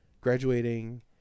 Graduating